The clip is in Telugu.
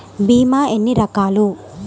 భీమ ఎన్ని రకాలు?